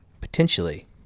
potentially